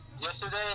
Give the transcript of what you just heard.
Yesterday